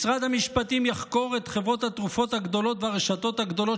משרד המשפטים יחקור את חברות התרופות הגדולות והרשתות הגדולות